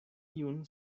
iun